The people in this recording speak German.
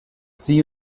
sie